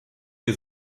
die